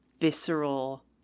visceral